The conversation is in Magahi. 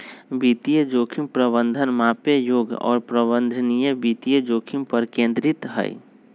वित्तीय जोखिम प्रबंधन मापे योग्य और प्रबंधनीय वित्तीय जोखिम पर केंद्रित हई